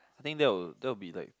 think that will that will be like